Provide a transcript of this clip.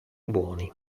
buoni